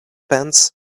pants